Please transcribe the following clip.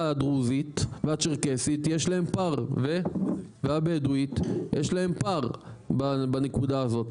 הדרוזית והצ'רקסית והבדואית יש להם פער בנקודה הזאת,